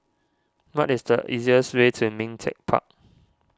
what is the easiest way to Ming Teck Park